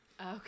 Okay